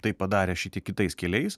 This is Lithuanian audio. tai padarė šiek tiek kitais keliais